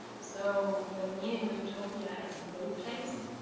so the meaning of utopia as no place,